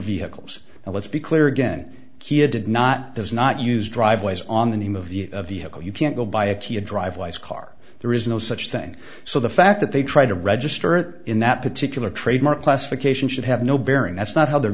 vehicles and let's be clear again did not does not use driveways on the name of the vehicle you can't go buy a key a dr weiss car there is no such thing so the fact that they try to register in that particular trademark classification should have no bearing that's not how they're